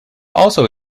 also